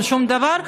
אין שום דבר,